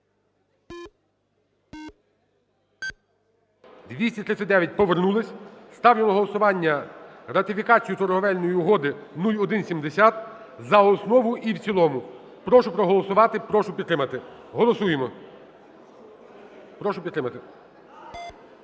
За-239 Повернулись. Ставлю на голосування ратифікацію Торговельної угоди 0170 за основу і в цілому. Прошу проголосувати, прошу підтримати. Голосуємо, прошу підтримати.